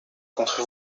contre